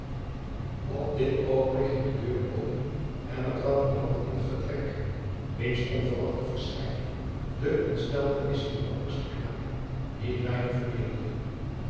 op dit oogenblik ging de muur open en er trad iemand in het vertrek wiens onverwachte verschijning de ontsteltenis van den beangsten knaap niet weinig vermeerderde